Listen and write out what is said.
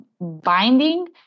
binding